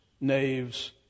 knaves